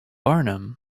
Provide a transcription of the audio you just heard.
barnum